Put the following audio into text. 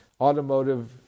automotive